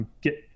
Get